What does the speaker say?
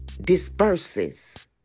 disperses